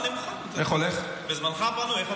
אני מוכן, בזמנך הפנוי.